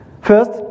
First